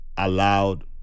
allowed